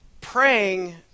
praying